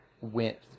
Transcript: went